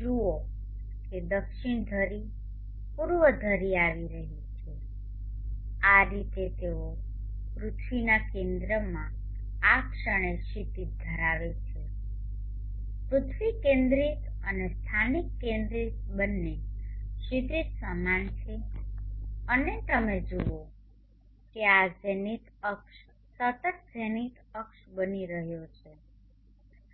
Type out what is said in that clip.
જુઓ કે દક્ષિણ ધરી પૂર્વ ધરી આવી રહી છે આ રીતે તેઓ પૃથ્વીના કેન્દ્રમાં આ ક્ષણે ક્ષિતિજ ધરાવે છે પૃથ્વી કેન્દ્રિત અને સ્થાનિક કેન્દ્રિત બંને ક્ષિતિજ સમાન છે અને તમે જુઓ છો કે આ ઝેનિથ અક્ષ સતત ઝેનિથ અક્ષ બની રહ્યો છે